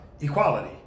equality